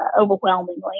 overwhelmingly